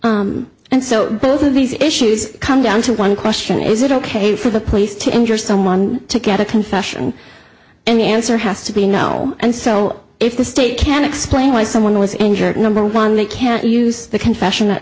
trial and so both of these issues come down to one question is it ok for the place to injure someone to get a confession and the answer has to be no and so if the state can explain why someone was injured number one they can't use the confession